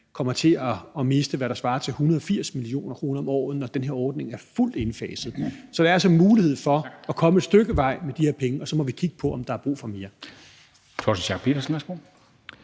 kommer til at miste, hvad der svarer til 180 mio. kr. om året, når den her ordning er fuldt indfaset. Så der er altså mulighed for at komme et stykke vej med de her penge, og så må vi kigge på, om der er brug for mere. Kl. 13:56 Formanden (Henrik